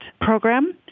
program